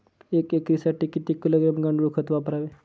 एक एकरसाठी किती किलोग्रॅम गांडूळ खत वापरावे?